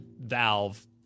Valve